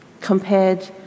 compared